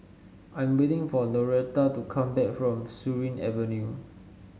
I'm waiting for Noretta to come back from Surin Avenue